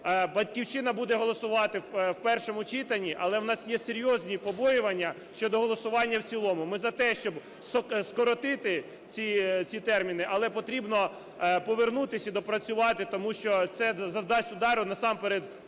"Батьківщина" буде голосувати в першому читанні, але в нас є серйозні побоювання щодо голосування в цілому. Ми за те, щоб скоротити ці терміни, але потрібно повернутися і допрацювати, тому що це завдасть удару насамперед